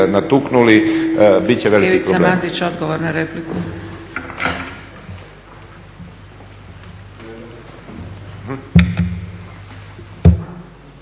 natuknuli bit će velikih problema.